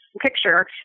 picture